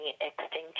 extinction